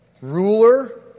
Ruler